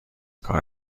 کار